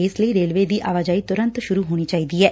ਇਸ ਲਈ ਰੇਲਵੇ ਦੀ ਆਵਾਜਾਈ ਤੁਰੰਤ ਸੂਰੁ ਹੋਣੀ ਚਾਹੀਦੀ ਏ